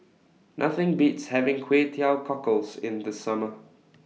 Nothing Beats having Kway Teow Cockles in The Summer